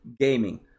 gaming